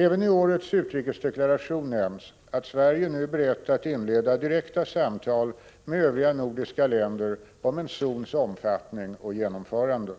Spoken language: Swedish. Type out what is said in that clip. Även i årets utrikesdeklaration nämns att Sverige nu är berett att inleda direkta samtal med övriga nordiska länder om en zons omfattning och genomförande.